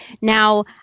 Now